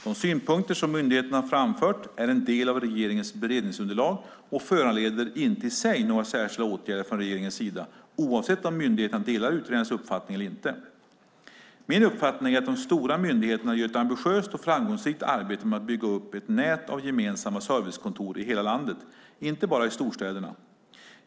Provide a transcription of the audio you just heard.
De synpunkter som myndigheterna framfört är en del av regeringens beredningsunderlag och föranleder inte i sig några särskilda åtgärder från regeringens sida oavsett om myndigheterna delar utredarens uppfattning eller inte. Min uppfattning är att de stora myndigheterna gör ett ambitiöst och framgångsrikt arbete med att bygga upp ett nät av gemensamma servicekontor i hela landet, inte bara i storstäderna.